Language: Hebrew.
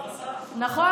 נכון,